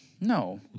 no